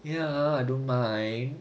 ya ha I don't mind